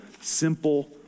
simple